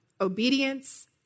obedience